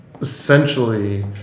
essentially